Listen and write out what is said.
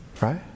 Right